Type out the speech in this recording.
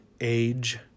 age